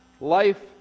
Life